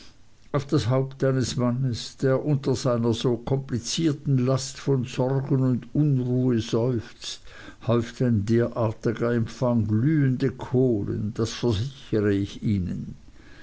auf das haupt eines mannes der unter einer so komplizierten last von sorgen und unruhe seufzt häuft ein derartiger empfang glühende kohlen das versichere ich ihnen